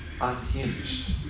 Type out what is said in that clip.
unhinged